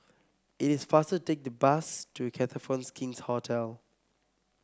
it is faster take the bus to Copthorne's King's Hotel